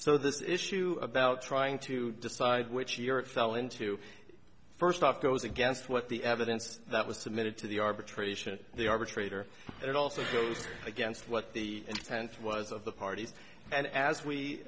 so this issue about trying to decide which year it fell into first off goes against what the evidence that was submitted to the arbitration the arbitrator and it also goes against what the intent was of the parties and as